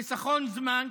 חיסכון זמן,